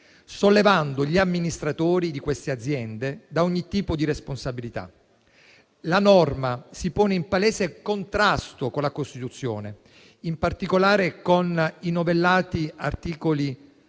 sollevando gli amministratori di quelle aziende da ogni tipo di responsabilità. La norma si pone in palese contrasto con la Costituzione, in particolare con i novellati articoli